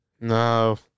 No